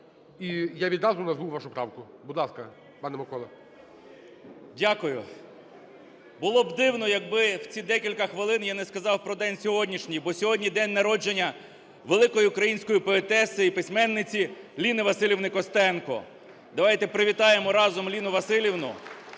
і я відразу назву вашу правку. Будь ласка, пане Микола. 10:34:31 КНЯЖИЦЬКИЙ М.Л. Дякую. Було б дивно, якби в ці декілька хвилин я не сказав про день сьогоднішній, бо сьогодні день народження великої української поетеси і письменниці Ліни Василівни Костенко. Давайте привітаємо разом Ліну Василівну,